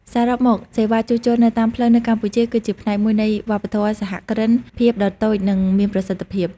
សរុបមក សេវាជួសជុលនៅតាមផ្លូវនៅកម្ពុជាគឺជាផ្នែកមួយនៃវប្បធម៌សហគ្រិនភាពដ៏តូចនិងមានប្រសិទ្ធភាព។